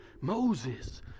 Moses